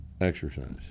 exercise